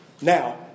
now